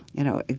you know,